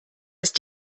ist